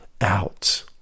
out